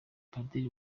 padiri